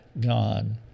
God